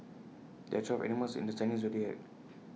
there are twelve animals in the Chinese Zodiac